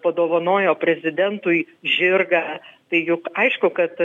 padovanojo prezidentui žirgą tai juk aišku kad